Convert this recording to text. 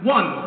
One